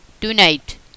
tonight